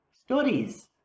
stories